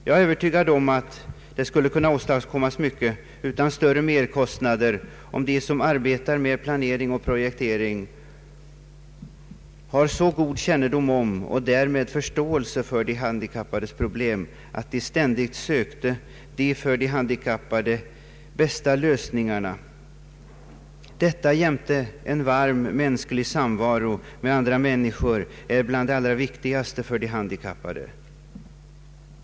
Jag är övertygad om att det skulle kunna åstadkommas mycket utan större merkostnader, om alla som arbetar med planering och projektering hade så god kännedom om och därmed förståelse för de handikappades problem att man ständigt sökte de för de handikappade bästa lösningarna. Detta jämte en varm mänsklig samvaro med andra människor är bland det allra viktigaste för de handikappade.